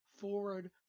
forward